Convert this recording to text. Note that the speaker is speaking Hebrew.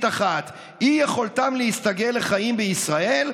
אחת: אי-יכולתם להסתגל לחיים בישראל,